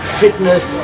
fitness